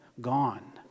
Gone